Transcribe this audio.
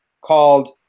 called